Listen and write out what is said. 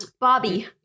Bobby